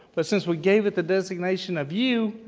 but since we gave it the designation of u,